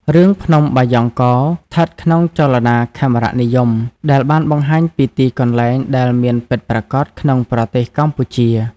រឿងភ្នំបាយ៉ង់កោ ស្ថិតក្នុងចលនាខេមរនិយម ដែលបានបង្ហាញពីទីកន្លែងដែលមានពិតប្រាកដក្នុងប្រទេសកម្ពុជា។